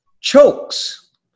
chokes